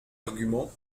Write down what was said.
argument